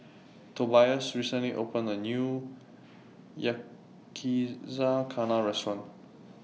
Tobias recently opened A New Yakizakana Restaurant